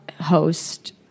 host